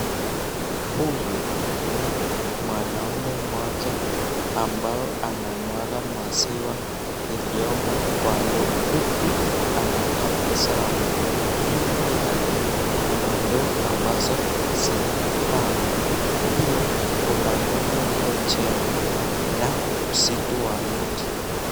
Huyu ni mwanaume mmoja ambao anamwaga maziwa iliomo kwa ndoo uku anatabasamu. Nyuma yake kuna ndoo ambazo zimepangwa. Pia kuna nyumba iliojengwa na msitu wa mti.